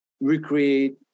recreate